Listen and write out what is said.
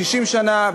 60 שנה,